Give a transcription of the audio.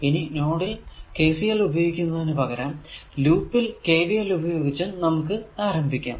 ഇനി നോഡിൽ KCL ഉപയോഗിക്കുന്നതിനു പകരം ലൂപിൽ KVL ഉപയോഗിച്ചും നമുക്ക് ആരംഭിക്കാം